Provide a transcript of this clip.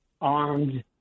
armed